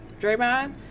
Draymond